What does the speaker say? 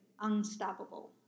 unstoppable